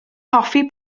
hoffi